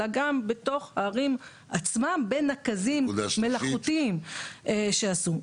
אלא גם בתוך הערים עצמן בנקזים מלאכותיים שעשו.